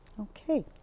Okay